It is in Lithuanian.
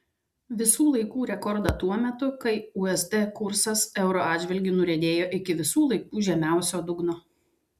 visų laikų rekordą tuo metu kai usd kursas euro atžvilgiu nuriedėjo iki visų laikų žemiausio dugno